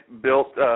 built –